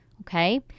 okay